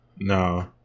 No